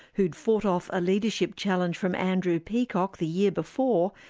who had fought off a leadership challenge from andrew peacock the year before,